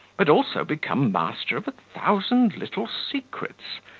but also become master of a thousand little secrets,